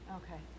okay